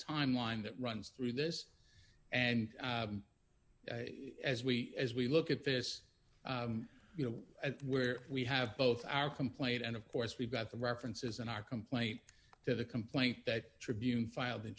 time line that runs through this and as we as we look at this you know where we have both our complaint and of course we've got the references in our complaint to the complaint that tribune filed